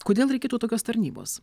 kodėl reikėtų tokios tarnybos